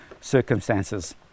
circumstances